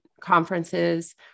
conferences